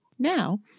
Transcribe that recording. Now